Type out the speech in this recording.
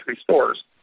stores